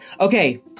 Okay